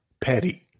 petty